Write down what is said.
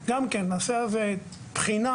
נעשה בחינה,